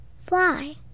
Fly